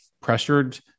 pressured